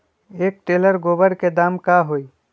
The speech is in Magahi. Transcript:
एक टेलर गोबर के दाम का होई?